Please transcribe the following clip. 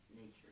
nature